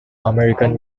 american